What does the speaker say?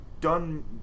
done